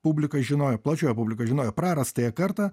publika žinojo plačioji publika žinojo prarastąją kartą